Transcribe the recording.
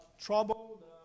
trouble